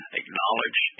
acknowledge